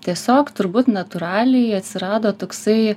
tiesiog turbūt natūraliai atsirado toksai